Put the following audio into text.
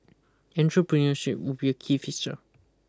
entrepreneurship would be a key feature